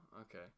Okay